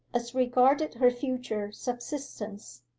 as regarded her future subsistence.